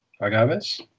agaves